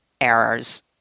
errors